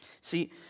See